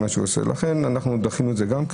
לכן דחינו את זה גם.